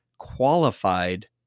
qualified